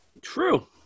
True